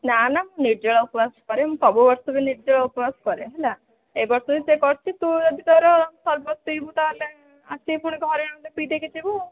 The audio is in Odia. ନା ନା ମୁଁ ନିର୍ଜ୍ଜଳା ଉପବାସ କରେ ମୁଁ ସବୁ ବର୍ଷ ବି ନିର୍ଜ୍ଜଳା ଉପବାସ କରେ ହେଲା ଏବର୍ଷ ବି ସେୟା କରୁଛି ତୁ ଯଦି ତୋର ସର୍ବତ ପିଇବୁ ତାହେଲେ ଆସିକି ପୁଣି ଘରେ ପିଇଦେଇକି ଯିବୁ